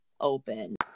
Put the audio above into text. open